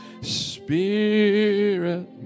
spirit